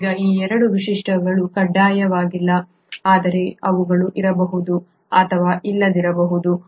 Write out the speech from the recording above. ಈಗ ಈ 2 ವೈಶಿಷ್ಟ್ಯಗಳು ಕಡ್ಡಾಯವಾಗಿಲ್ಲ ಆದರೆ ಅವುಗಳು ಇರಬಹುದು ಅಥವಾ ಇಲ್ಲದಿರಬಹುದು